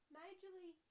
majorly